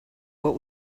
what